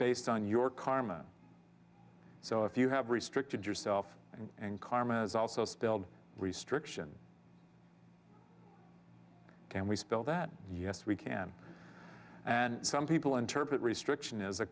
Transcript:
based on your karma so if you have restricted yourself and karma is also spilled restriction can we spell that yes we can and some people interpret restriction is a